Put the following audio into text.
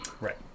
Right